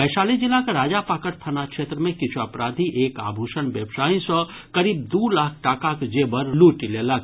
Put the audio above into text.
वैशाली जिलाक राजापाकर थाना क्षेत्र मे किछु अपराधी एक आभूषण व्यवसायी सँ करीब दू लाख टाकाक जेवर लूटि लेलक